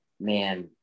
man